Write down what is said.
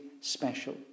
special